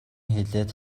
хэлээд